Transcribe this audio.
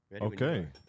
Okay